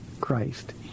Christ